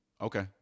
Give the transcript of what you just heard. Okay